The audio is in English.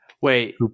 Wait